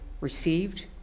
received